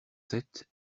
sept